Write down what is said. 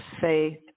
faith